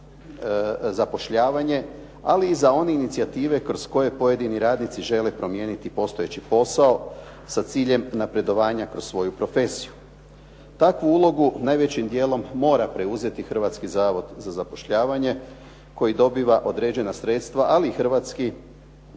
tj. zapošljavanja, ali i za one inicijative kroz koje pojedini radnici žele promijeniti postojeći posao sa ciljem napredovanja kroz svoju profesiju. Takvu ulogu najvećim dijelom mora preuzeti Hrvatski zavod za zapošljavanje koji dobiva određena sredstva, ali Hrvatski